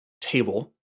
table